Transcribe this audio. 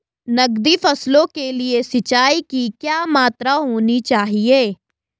नकदी फसलों के लिए सिंचाई की क्या मात्रा होनी चाहिए?